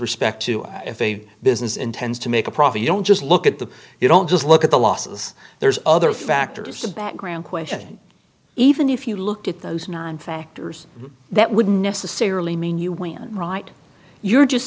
respect to if a business intends to make a profit you don't just look at the you don't just look at the losses there's other factors the background question even if you look at those nine factors that would necessarily mean you win right you're just